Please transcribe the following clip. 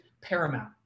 paramount